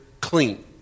clean